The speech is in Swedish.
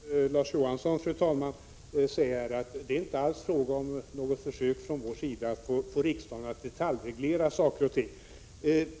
Fru talman! Jag vill i likhet med Larz Johansson säga att det inte alls är fråga om något försök från vår sida att få riksdagen att detaljreglera saker och ting.